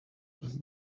would